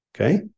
okay